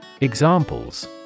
Examples